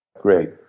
great